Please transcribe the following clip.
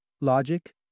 Logic